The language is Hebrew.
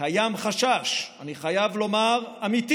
קיים חשש, אני חייב להגיד אמיתי